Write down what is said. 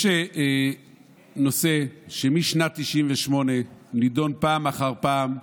יש נושא שמשנת 1998 נדון פעם אחר פעם,